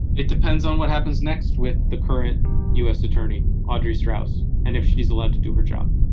it depends on what happens next with the current u s. attorney. audrey strauss. and if she's allowed to do her job